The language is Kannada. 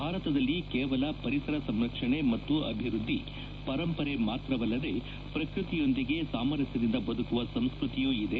ಭಾರತದಲ್ಲಿ ಕೇವಲ ಪರಿಸರ ಸಂರಕ್ಷಣೆ ಮತ್ತು ಅಭಿವೃದ್ದಿ ಪರಂಪರೆ ಮಾತ್ರವಲ್ಲದೆ ಪ್ರಕೃತಿಯೊಂದಿಗೆ ಸಾಮರಸ್ಯದಿಂದ ಬದುಕುವ ಸಂಸ್ಕೃತಿಯೂ ಇದೆ